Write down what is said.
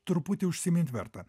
truputį užsimint verta